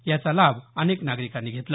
याचा लाभ अनेक नागरिकांनी घेतला